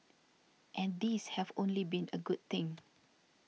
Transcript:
and these have only been a good thing